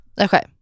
okay